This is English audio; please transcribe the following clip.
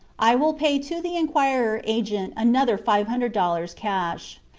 i will pay to the enquirer agent another five hundred dollars cash.